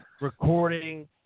recording